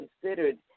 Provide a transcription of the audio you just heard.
considered